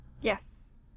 yes